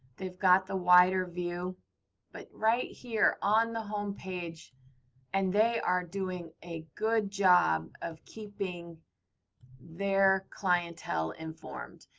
they've got the wider view but right here on the home page and they are doing a good job of keeping their clientele informed.